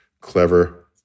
clever